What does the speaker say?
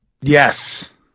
Yes